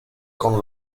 con